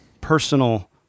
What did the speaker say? personal